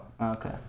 okay